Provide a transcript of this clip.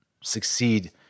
succeed